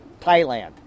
Thailand